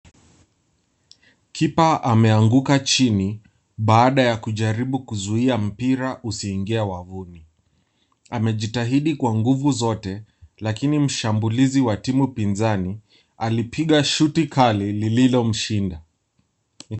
Kipa ameanguka chini baada ya kujaribu kuzuia mpira usiingie wavuni. Amejitahidi kwa nguvu zote lakini mshambulizi wa timu pinzani alipiga shuti kali lililomshinda.